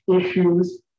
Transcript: issues